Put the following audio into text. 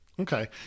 Okay